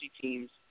teams